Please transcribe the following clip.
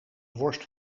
worst